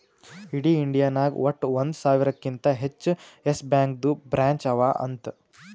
ಇಡೀ ಇಂಡಿಯಾ ನಾಗ್ ವಟ್ಟ ಒಂದ್ ಸಾವಿರಕಿಂತಾ ಹೆಚ್ಚ ಯೆಸ್ ಬ್ಯಾಂಕ್ದು ಬ್ರ್ಯಾಂಚ್ ಅವಾ ಅಂತ್